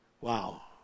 Wow